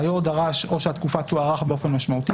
והיו"ר דרש או שהתקופה תוארך באופן משמעותי